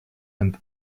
and